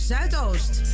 Zuidoost